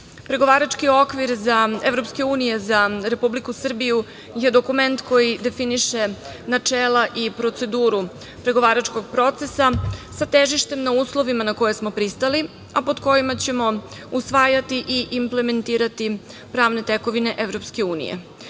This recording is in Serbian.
efikasnosti. Pregovarački okvir EU za Republiku Srbiju je dokument koji definiše načela i proceduru pregovaračkog procesa, sa težištem na uslovima na koje smo pristali, a pod kojima ćemo usvajati i implementirati pravne tekovine EU.Jak